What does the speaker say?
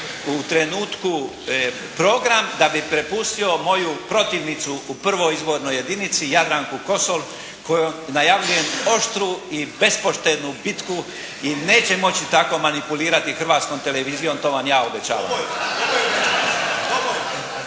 u trenutku program da bi prepustio moju protivnicu u prvoj izbornoj jedinici Jadranku Kosor kojoj najavljujem oštru i bespoštednu bitku i neće moći tako manipulirati Hrvatskom televizijom. To vam ja obećavam.